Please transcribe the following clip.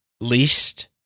least